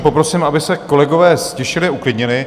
Poprosím, aby se kolegové ztišili, uklidnili.